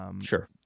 Sure